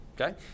Okay